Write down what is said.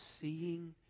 seeing